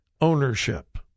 ownership